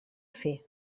fer